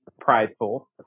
prideful